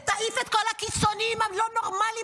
ותעיף את כל הקיצוניים הלא-נורמליים